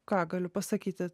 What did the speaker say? ką galiu pasakyti